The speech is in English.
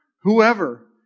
whoever